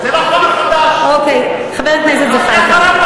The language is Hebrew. זה לא חומר חדש, אוקיי, חבר הכנסת זחאלקה.